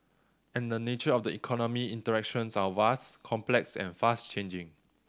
and the nature of the economy interactions are vast complex and fast changing